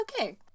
okay